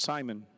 Simon